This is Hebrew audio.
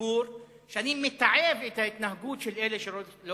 בציבור שאני מתעב את ההתנהגות של אלה שלא